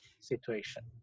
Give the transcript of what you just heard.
situation